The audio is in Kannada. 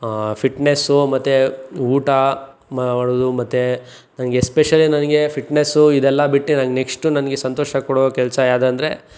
ಫಿಟ್ನೆಸ್ಸು ಮತ್ತೆ ಊಟ ಮಾಡೋದು ಮತ್ತೆ ನನಗೆ ಎಸ್ಸ್ಪೆಷಲಿ ನನಗೆ ಫಿಟ್ನೆಸ್ಸು ಇದೆಲ್ಲ ಬಿಟ್ಟು ನನಗೆ ನೆಕ್ಸ್ಟು ನನಗೆ ಸಂತೋಷ ಕೊಡುವ ಕೆಲಸ ಯಾವುದೆಂದ್ರೆ